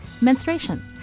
Menstruation